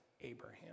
Abraham